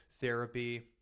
therapy